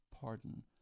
pardon